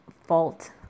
fault